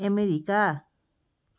America